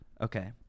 Okay